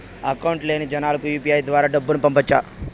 Account లేని జనాలకు UPI ద్వారా డబ్బును పంపొచ్చా?